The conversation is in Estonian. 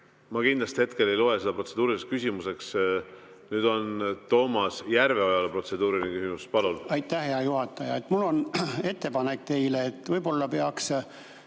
Ma kindlasti hetkel ei loe seda protseduuriliseks küsimuseks. Nüüd on Toomas Järveojal protseduuriline küsimus. Palun! Aitäh, hea juhataja! Mul on ettepanek teile, et võib-olla peaks